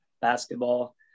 basketball